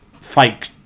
fake